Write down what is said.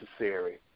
necessary